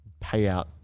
payout